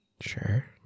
Sure